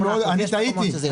אני טעיתי,